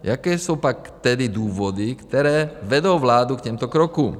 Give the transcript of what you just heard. Jaké jsou pak tedy důvody, které vedou vládu k těmto krokům?